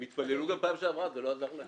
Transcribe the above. הם התפללו גם פעם שעברה, זה לא עזר להם.